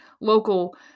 local